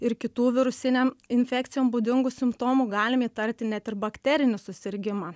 ir kitų virusinėm infekcijom būdingų simptomų galim įtarti net ir bakterinį susirgimą